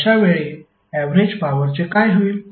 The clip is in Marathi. अशावेळी ऍवरेज पॉवरचे काय होईल